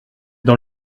dans